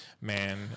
man